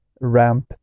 ramp